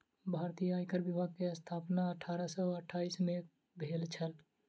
भारतीय आयकर विभाग के स्थापना अठारह सौ साइठ में भेल छल